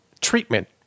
treatment